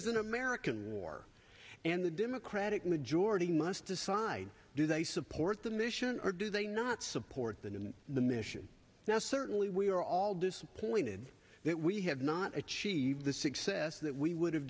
is an american war and the democratic majority must decide do they support the mission or do they not support that in the mission now certainly we are all disappointed that we have not achieved the success that we would